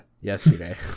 Yesterday